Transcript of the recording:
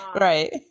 Right